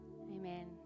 Amen